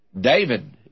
David